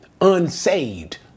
unsaved